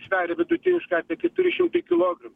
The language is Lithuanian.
sveria vidutiniškai apie keturi šimtai kilogramų